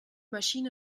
maschine